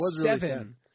seven